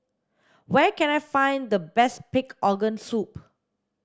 where can I find the best pig organ soup